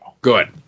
Good